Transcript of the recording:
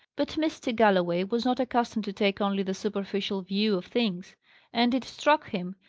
but mr. galloway was not accustomed to take only the superficial view of things and it struck him,